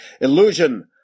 illusion